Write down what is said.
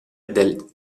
del